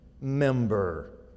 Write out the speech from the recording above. member